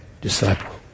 disciple